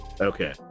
Okay